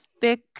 thick